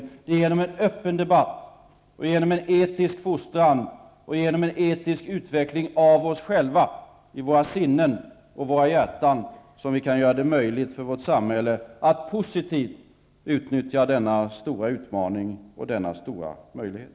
Det är genom en öppen debatt och genom en etisk fostran och utveckling av oss själva, våra sinnen och våra hjärtan, som vi kan göra det möjligt för vårt samhälle att positivt utnyttja denna stora utmaning och denna stora möjlighet.